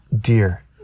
Dear